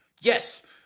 yes